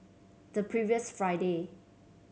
the previous Friday